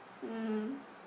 mm